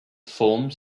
forms